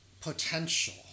potential